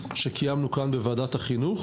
שנה בוועדת החינוך.